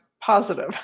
positive